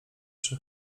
przy